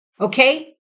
Okay